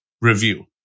review